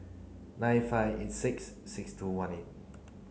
nine five eight six six two one eight